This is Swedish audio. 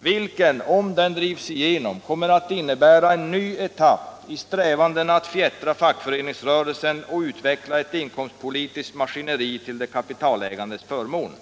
vilken, om den drivs igenom, kommer att innebära en ny etapp i strävandena att fjättra fackföreningsrörelsen och utveckla ett inkomstpolitiskt maskineri till de kapitalägandes förmån.